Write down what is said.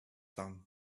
tongue